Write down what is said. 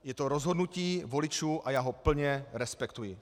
Je to rozhodnutí voličů a já ho plně respektuji.